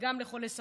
גם לחולי סרטן.